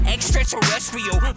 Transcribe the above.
Extraterrestrial